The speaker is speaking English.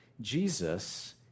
Jesus